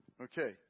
Okay